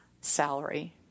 salary